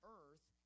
earth